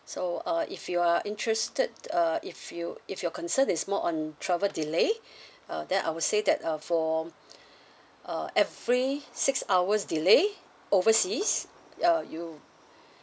so uh if you are interested uh if you if your concern is more on travel delay uh then I would say that uh for uh every six hours delay overseas uh you